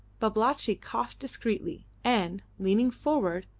babalatchi coughed discreetly, and, leaning forward,